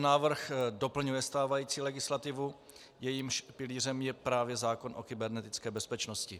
Návrh doplňuje stávající legislativu, jejímž pilířem je právě zákon o kybernetické bezpečnosti.